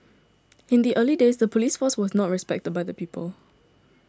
in the early days the police force was not respected by the people